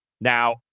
Now